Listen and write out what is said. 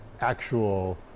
actual